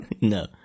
No